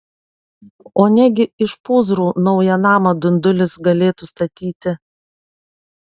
o negi iš pūzrų naują namą dundulis galėtų statyti